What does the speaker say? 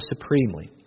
supremely